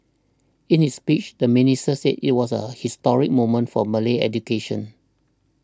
in his speech the minister said it was a historic moment for Malay education